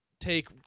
take